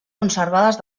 conservades